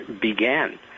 began